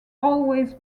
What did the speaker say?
always